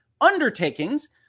undertakings